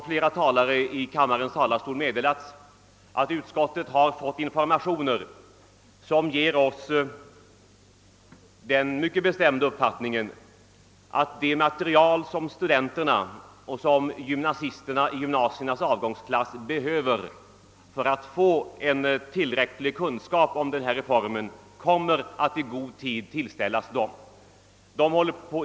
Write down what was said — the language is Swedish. Flera talare här har redan meddelat att utskottet har fått informationer som givit dess ledamöter den mycket bestämda uppfattningen att det material som studenterna och gymnasisterna i gymnasiernas avgångsklasser behöver för att få tillräcklig kunskap om denna reform i god tid kommer att tillställas dem.